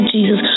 Jesus